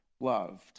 loved